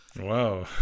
wow